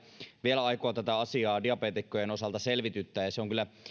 vielä aikoo tätä asiaa diabeetikkojen osalta selvityttää ja se on kyllä